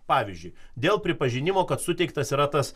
pavyzdžiui dėl pripažinimo kad suteiktas yra tas